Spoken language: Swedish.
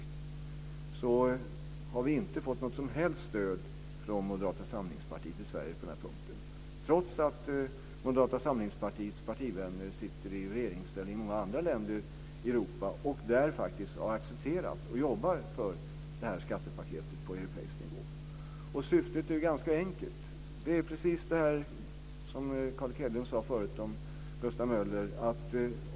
Det är att vi inte fått något som helst stöd från Moderata samlingspartiet i Sverige. Det har vi inte fått trots att Moderata samlingspartiets partivänner sitter i regeringsställning i många andra länder i Europa och där faktiskt har accepterat, och jobbar för, det här skattepaketet på europeisk nivå. Syftet är ganska enkelt. Det handlar om precis det som Carl Erik Hedlund sade förut om Gustav Möller.